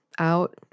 out